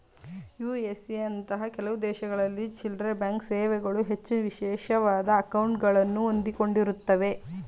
USA ನಂತಹ ಕೆಲವು ದೇಶಗಳಲ್ಲಿ ಚಿಲ್ಲ್ರೆಬ್ಯಾಂಕ್ ಸೇವೆಗಳು ಹೆಚ್ಚು ವಿಶೇಷವಾದ ಅಂಕೌಟ್ಗಳುನ್ನ ಒಳಗೊಂಡಿರುತ್ತವೆ